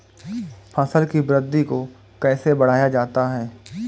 फसल की वृद्धि को कैसे बढ़ाया जाता हैं?